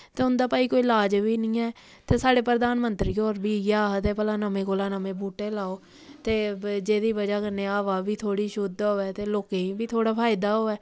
ते उं'दा भाई कोई लाज बी निं ऐ ते साढ़े प्रधानमंत्री होर बी इ'यै आखदे भला नमें कोला नमें बूह्टे लाओ ते जेह्दी ब'जा कन्नै हवा बी थोह्ड़ी शुद्ध होऐ ते लोकें गी बी थोह्ड़ा फायदा होऐ